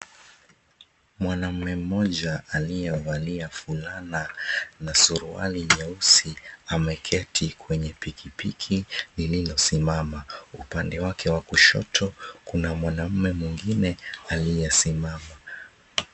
Mwanaume mmoja aliyevalia fulana na suruali nyeusi ameketi kwenye pikipiki lililosimama. Upande wake wa kushoto kuna mwanaume mwingine aliyesimama.